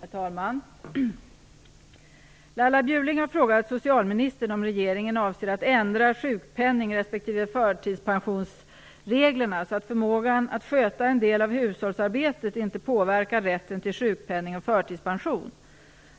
Herr talman! Laila Bjurling har frågat socialministern om regeringen avser att ändra sjukpenningsrespektive förtidspensionsreglerna så att förmågan att sköta en del av hushållsarbetet inte påverkar rätten till sjukpenning och förtidspension.